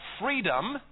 freedom